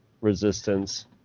resistance